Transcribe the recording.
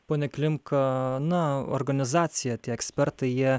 pone klimkaaa na organizacija tie ekspertai jie